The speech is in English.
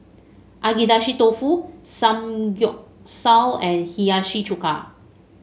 Agedashi Dofu Samgeyopsal and Hiyashi Chuka